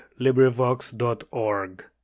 LibriVox.org